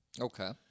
Okay